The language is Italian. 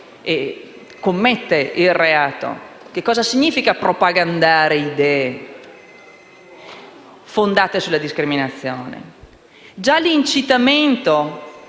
commette il reato: che cosa significa propagandare idee fondate sulla discriminazione? Già l'incitamento